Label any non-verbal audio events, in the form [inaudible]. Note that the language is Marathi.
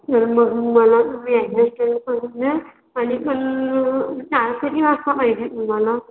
तर मग मला तुम्ही ॲड्रेस सेंड करून द्या आणि [unintelligible] किती वाजता पाहिजे तुम्हाला